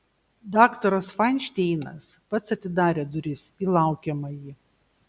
daktaras fainšteinas pats atidarė duris į laukiamąjį